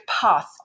path